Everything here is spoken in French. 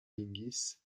hingis